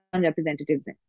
representatives